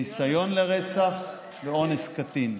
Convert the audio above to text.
ניסיון לרצח, ואונס קטין.